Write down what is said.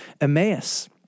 Emmaus